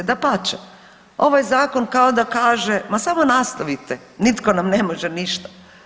Dapače, ovaj Zakon kao da kaže, ma samo nastavite, nitko nam ne može ništa.